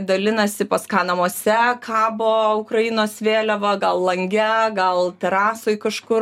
dalinasi pas ką namuose kabo ukrainos vėliava gal lange gal terasoj kažkur